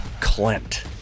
clint